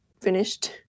finished